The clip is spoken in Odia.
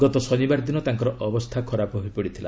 ଗତ ଶନିବାର ଦିନ ତାଙ୍କର ଅବସ୍ଥା ଖରାପ ହୋଇପଡ଼ିଥିଲା